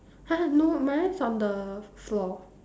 !huh! no my one is on the floor